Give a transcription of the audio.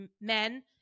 men